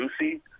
Lucy